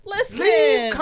Listen